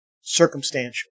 circumstantial